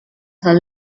her